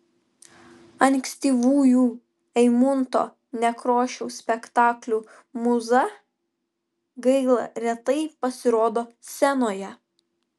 ankstyvųjų eimunto nekrošiaus spektaklių mūza gaila retai pasirodo scenoje